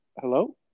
Hello